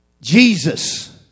Jesus